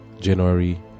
January